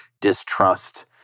distrust